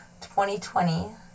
2020